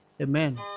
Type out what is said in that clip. Amen